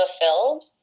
fulfilled